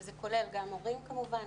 זה כולל גם הורים כמובן,